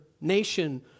nation